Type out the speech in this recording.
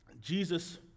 Jesus